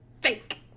fake